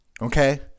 Okay